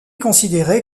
considéré